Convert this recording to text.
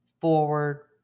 forward